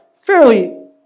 fairly